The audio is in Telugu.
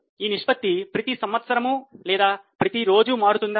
ఈ నిష్పత్తి ప్రతి సంవత్సరము లేదా ప్రతిరోజు మారుతుందా